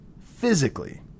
physically